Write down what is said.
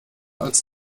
als